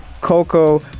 Coco